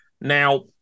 Now